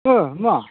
औ मा